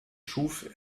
schuf